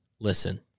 listen